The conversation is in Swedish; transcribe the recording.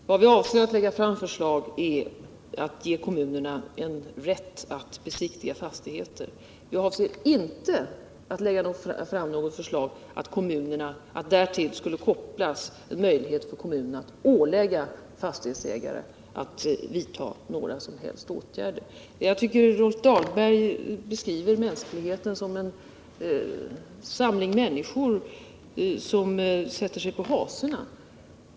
Herr talman! Vad vi avser att lägga fram förslag om är att ge kommunerna en rätt att besiktiga fastigheter. Vi avser inte att lägga fram något förslag om att därtill skulle kopplas en möjlighet för kommunerna att ålägga fastighetsägare att vidta några som helst åtgärder. Jag tycker att Rolf Dahlberg beskriver mänskligheten som en samling individer som sätter sig på hasorna.